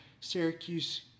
Syracuse